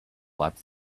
wipe